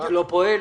זה לא פועל?